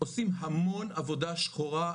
עושים המון עבודה שחורה,